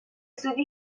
زودی